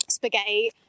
spaghetti